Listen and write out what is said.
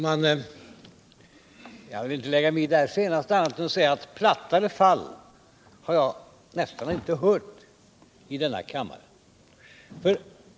Herr talman! Jag vill inte lägga mig i det senaste meningsutbytet på annat sätt än genom att säga: Plattare fall har jag nästan inte bevittnat i denna kammare.